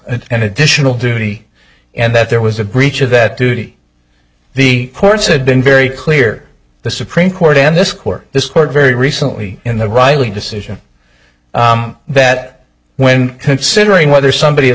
an additional duty and that there was a breach of that duty the courts had been very clear the supreme court and this court this court very recently in the rightly decision that when considering whether somebody